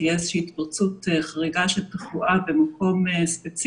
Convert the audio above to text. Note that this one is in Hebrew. תהיה איזו שהיא התפרצות חריגה של תחלואה במקום ספציפי,